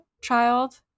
child